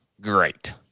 great